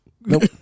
Nope